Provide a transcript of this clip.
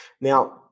Now